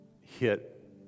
hit